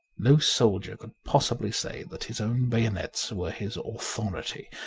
no soldier could possibly say that his own bayonets were his authority.